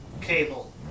cable